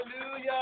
Hallelujah